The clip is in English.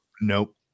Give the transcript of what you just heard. nope